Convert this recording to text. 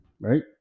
right